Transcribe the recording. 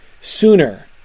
sooner